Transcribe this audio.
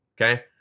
Okay